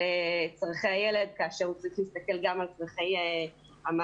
צורכי הילד כאשר הוא צריך להסתכל גם על צורכי המערכת.